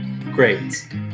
Great